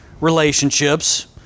relationships